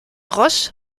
ross